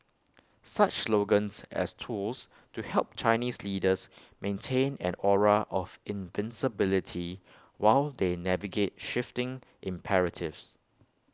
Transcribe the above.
such slogans as tools to help Chinese leaders maintain an aura of invincibility while they navigate shifting imperatives